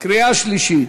קריאה שלישית.